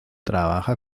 trabaja